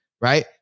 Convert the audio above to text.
right